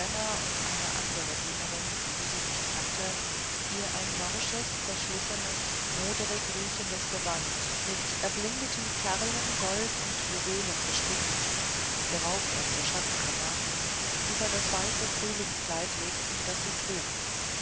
und eine andere dienerin die sie nicht kannte ihr ein morsches zerschlissenes moderig riechendes gewand mit erblindeten perlen gold und juwelen bestickt geraubt aus der schatzkammer über das weiße frühlingskleid legten das sie trug